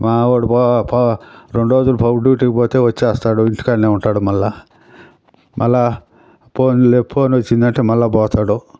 మా వాడు పో పో రెండు రోజులు పో డ్యూటీకి పోతే వచ్చేస్తాడు ఇంటి కాడనే ఉంటాడు మళ్ళీ మళ్ళీ ఫోన్లు ఫోను వచ్చింది అంటే మళ్ళీ పోతాడు